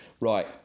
Right